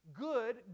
good